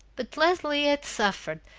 but leslie had suffered,